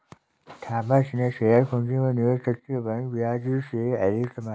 Thomas ने share पूंजी में निवेश करके बैंक ब्याज से अधिक कमाया